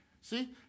See